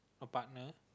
a partner